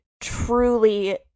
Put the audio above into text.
truly